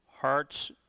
hearts